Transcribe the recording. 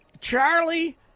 Charlie